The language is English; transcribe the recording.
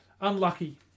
unlucky